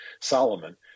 Solomon